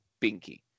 Binky